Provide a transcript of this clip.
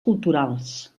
culturals